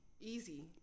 easy